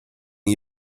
you